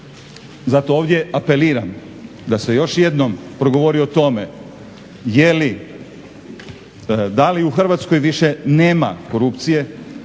Zato ovdje apeliram da se još jednom progovori o tome da li u Hrvatskoj više nema korupcije,